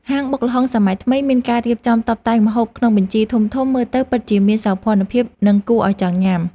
ហាងបុកល្ហុងសម័យថ្មីមានការរៀបចំតុបតែងម្ហូបក្នុងកញ្ជើធំៗមើលទៅពិតជាមានសោភ័ណភាពនិងគួរឱ្យចង់ញ៉ាំ។